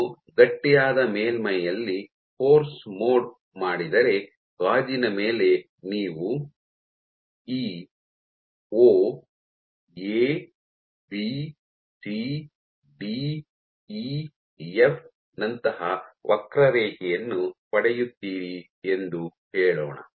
ನೀವು ಗಟ್ಟಿಯಾದ ಮೇಲ್ಮೈಯಲ್ಲಿ ಫೋರ್ಸ್ ಮೋಡ್ ಮಾಡಿದರೆ ಗಾಜಿನ ಮೇಲೆ ನೀವು ಈ O A B C D E F O A B C D E F ನಂತಹ ವಕ್ರರೇಖೆಯನ್ನು ಪಡೆಯುತ್ತೀರಿ ಎಂದು ಹೇಳೋಣ